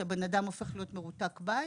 שאותו אדם הופך בעצם להיות מרותק בית,